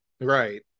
Right